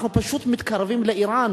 אנחנו פשוט מתקרבים לאירן,